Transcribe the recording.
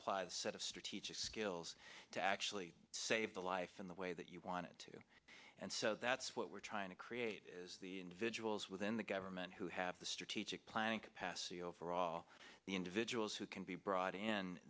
apply the sort of strategic skills to actually save a life in the way that you want it to and so that's what we're trying to create is the individuals within the government who have the strategic planning capacity over all the individuals who can be brought in